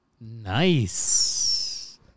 nice